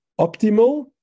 optimal